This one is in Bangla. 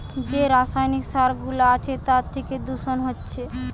যে রাসায়নিক সার গুলা আছে তার থিকে দূষণ হচ্ছে